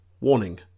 Warning